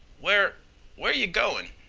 where where yeh goin'?